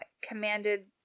commanded